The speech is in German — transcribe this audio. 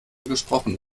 gesprochen